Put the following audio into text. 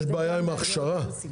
יש בעיה עם ההכשרה?